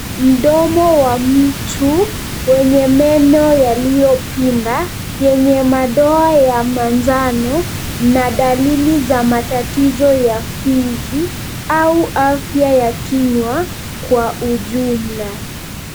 Mdomo wa mtu, wenye meno yaliyopinda yenye madoa ya manjano na dalili za matatizo ya fizi, au afya ya kinywa kwa ujumla.